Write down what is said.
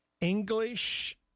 English